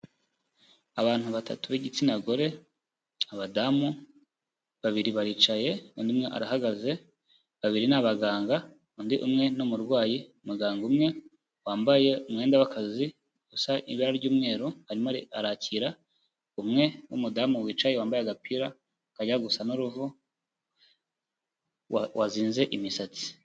Abantu batatu b'igitsina gore abadamu, babiri baricaye umwe arahagaze, babiri ni abaganga undi umwe n'umurwayi, umuganga umwe wambaye umwenda w'akazi usa ibara ry'umweru arimo arakira umwe w'umudamu wicaye wambaye agapira kajya gusa n'uruhu wazinze imisatsi.